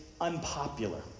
unpopular